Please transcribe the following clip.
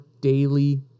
daily